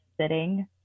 sitting